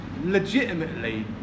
legitimately